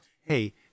Hey